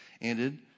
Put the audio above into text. ended